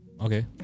okay